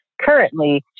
currently